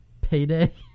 Payday